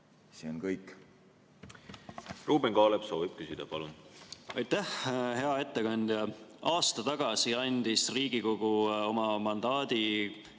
See on kõik.